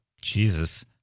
Jesus